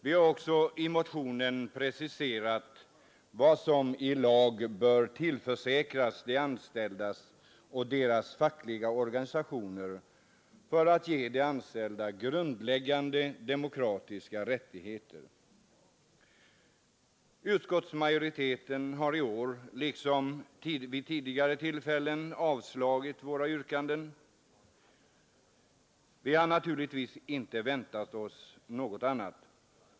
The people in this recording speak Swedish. Vi har också i motionen preciserat vad som i lag bör tillförsäkras de anställda och deras fackliga organisationer för att ge de anställda grundläggande demokratiska rättigheter. Utskottsmajoriteten har i år liksom vid tidigare tillfällen avstyrkt våra yrkanden. Vi har naturligtvis inte väntat oss något annat.